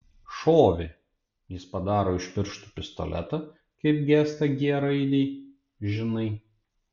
šovė jis padaro iš pirštų pistoletą kaip gestą g raidei žinai